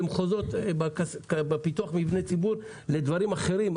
למחוזות, בפיתוח מבני ציבור לדברים אחרים.